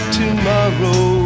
tomorrow